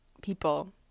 people